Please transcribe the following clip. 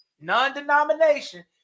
non-denomination